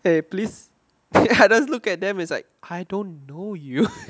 eh please eh I just look at them like I don't know you